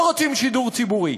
לא רוצים שידור ציבורי.